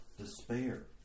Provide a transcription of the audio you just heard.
despair